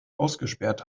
ausgesperrt